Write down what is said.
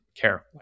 care